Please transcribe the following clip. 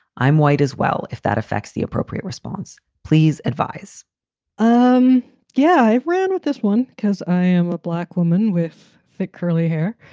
i'm white as well, if that affects the appropriate response. please advise um yeah, i ran with this one because i am a black woman with thick curly hair.